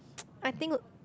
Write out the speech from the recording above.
I think a